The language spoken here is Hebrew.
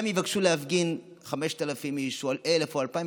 גם אם יבקשו להפגין 5,000 איש או 1,000 או 2,000,